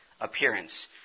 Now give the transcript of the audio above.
appearance